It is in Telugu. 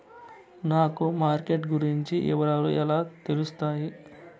నాకు మార్కెట్ గురించి వివరాలు ఎలా తెలుస్తాయి?